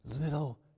little